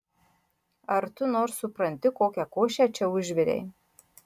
ar tu nors supranti kokią košę čia užvirei